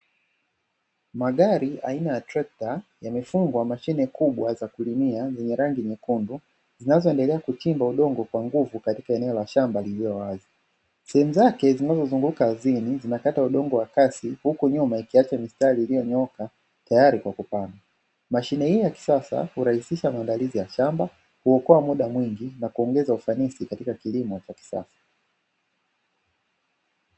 Magari aina ya trekta yamefungwa mashine kubwa za kulimia zenye rangi nyekundu, zinazoendelea kuchimba udongo kwa nguvu katika eneo la shamba lililo wazim, sehemu zake zinazozunguka kwa chini zinakata udongo wa kasi huko nyuma ikiacha mistari iliyonyooka tayari kwa kupanda, mashine hii ya kisasa kurahisisha maandalizi ya shamba huokoa muda mwingi na kuongeza ufanisi katika kilimo cha kisasa.